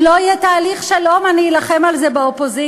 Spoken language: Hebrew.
אם לא יהיה תהליך שלום אני אלחם על זה באופוזיציה.